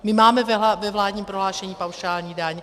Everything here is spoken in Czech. My máme ve vládním prohlášení paušální daň.